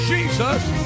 Jesus